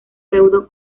feudo